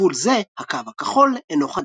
גבול זה, "הקו הכחול", אינו חדש.